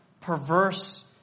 perverse